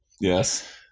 yes